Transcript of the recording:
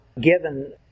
given